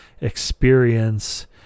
experience